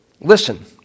Listen